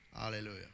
Hallelujah